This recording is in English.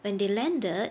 when they landed